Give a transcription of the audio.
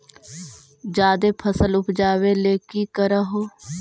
जादे फसल उपजाबे ले की कर हो?